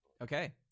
Okay